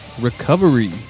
recovery